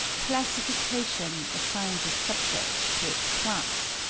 classification assigns a subject to its class.